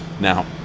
Now